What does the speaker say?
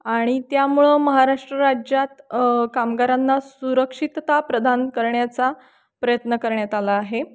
आणि त्यामुळं महाराष्ट्र राज्यात कामगारांना सुरक्षितता प्रदान करण्याचा प्रयत्न करण्यात आला आहे